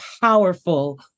powerful